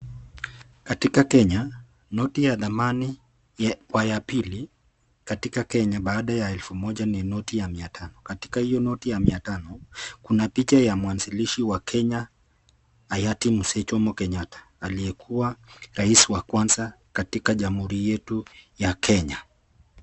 Katika Kenya noti ya dhamani wa ya pili katika Kenya baada ya elfu moja ni noti ya mia tano. Katika hiyo noti ya mia tano kuna picha ya muanzilisha wa Kenya hayati Mzee Jomo Kenyatta aliyekuwa Rais wa kwanza katika Jamhuri yetu ya Kenya.